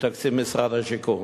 מתקציב משרד השיכון?